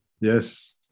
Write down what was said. Yes